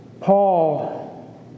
Paul